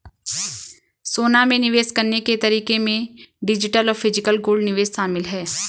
सोना में निवेश करने के तरीके में डिजिटल और फिजिकल गोल्ड निवेश शामिल है